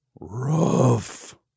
rough